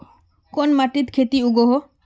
कोन माटित खेती उगोहो?